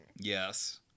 Yes